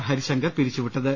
Harishankar പിരിച്ചുവിട്ടത്